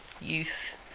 youth